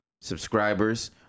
subscribers